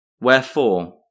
Wherefore